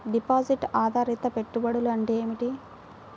Deposit ఆధారిత పెట్టుబడులు అంటే ఏమిటి?